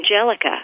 Angelica